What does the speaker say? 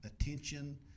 attention